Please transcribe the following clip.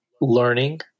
learning